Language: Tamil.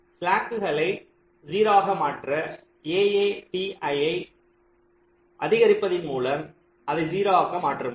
ஸ்லாக்குகளைக் 0 ஆக மாற்ற AAT ஐ அதிகரிப்பதன் மூலம் அதை 0 ஆக மாற்ற முடியும்